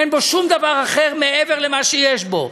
אין בו שום דבר אחר מעבר למה שיש בו.